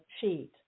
sheet